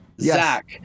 Zach